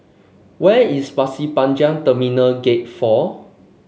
where is Pasir Panjang Terminal Gate Four